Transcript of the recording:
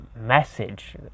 message